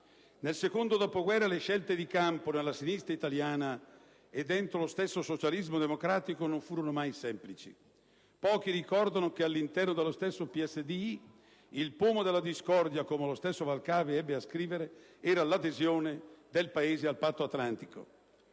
Nel secondo dopoguerra le scelte di campo nella sinistra italiana e dentro lo stesso socialismo democratico non furono mai semplici. Pochi ricordano che all'interno dello stesso PSDI il pomo della discordia, come lo stesso Valcavi ebbe a scrivere, era l'adesione del Paese al Patto atlantico.